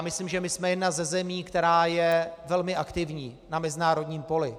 Myslím, že my jsme jedna ze zemí, která je velmi aktivní na mezinárodním poli.